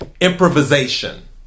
improvisation